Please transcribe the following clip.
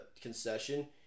concession